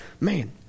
man